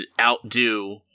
outdo